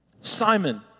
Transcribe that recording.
Simon